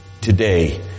today